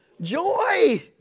Joy